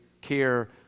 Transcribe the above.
care